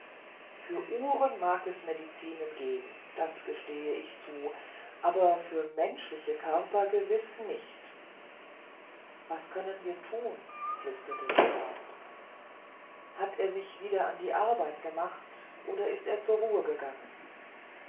für uhren mag es wohl medicinen geben das gestehe ich zu aber für menschliche körper gewiß nicht was können wir thun flüsterte grande hat er sich wieder an die arbeit gemacht oder ist er zur ruhe gegangen